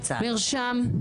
נרשם.